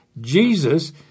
Jesus